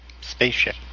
Spaceship